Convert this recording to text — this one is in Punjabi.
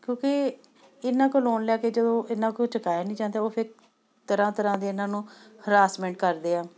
ਕਿਉਂਕਿ ਇਹਨਾਂ ਕੋਲ ਲੋਨ ਲੈ ਕੇ ਜਦੋਂ ਇਨ੍ਹਾਂ ਕੋਲੋਂ ਚੁਕਾਇਆ ਨਹੀਂ ਜਾਂਦਾ ਉਹ ਫਿਰ ਤਰ੍ਹਾਂ ਤਰ੍ਹਾਂ ਦੇ ਇਹਨਾਂ ਨੂੰ ਹੈਰਾਸਮੈਂਟ ਕਰਦੇ ਆ